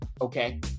okay